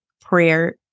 prayer